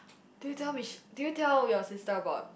do you tell Mich~ do you tell your sister about